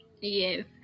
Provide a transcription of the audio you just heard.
Yes